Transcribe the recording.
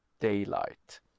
daylight